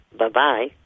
Bye-bye